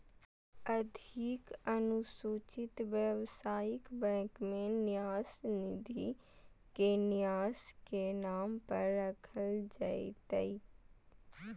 अधिक अनुसूचित व्यवसायिक बैंक में न्यास निधि के न्यास के नाम पर रखल जयतय